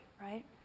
right